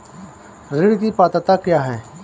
ऋण की पात्रता क्या है?